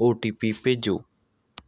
ਓ T P ਭੇਜੋ